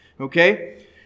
Okay